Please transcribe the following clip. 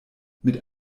mit